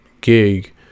gig